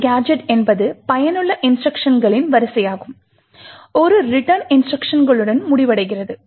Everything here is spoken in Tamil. ஒரு கேஜெட் என்பது பயனுள்ள இன்ஸ்ட்ருக்ஷன்களின் வரிசையாகும் இது return இன்ஸ்ட்ருக்ஷன்களுடன் முடிவடைகிறது